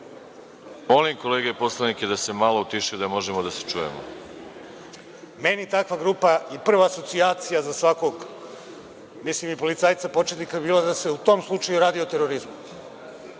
Molim kolege poslanike da se malo utišaju da možemo da se čujemo. **Nenad Milić** …meni takva grupa i prva asocijacija za svakog, mislim i policajca početnika bilo da se u tom slučaju radi o terorizmu.